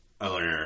owner